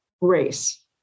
race